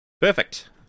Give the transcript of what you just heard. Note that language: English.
Perfect